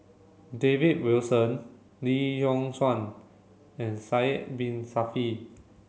David Wilson Lee Yock Suan and Sidek Bin Saniff